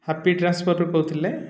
happy ଟ୍ରାନ୍ସଫର୍ରୁ କହୁଥିଲେ